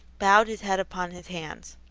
bowed his head upon his hands.